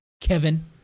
kevin